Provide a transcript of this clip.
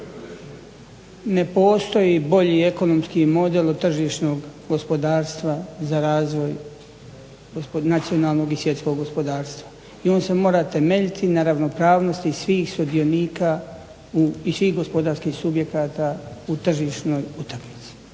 Ne postoji bolji ekonomski model od tržišnog gospodarstva za razvoj nacionalnog i svjetskog gospodarstva, i on se mora temeljiti na ravnopravnosti svih sudionika i svih gospodarskih subjekata u tržišnoj utakmici.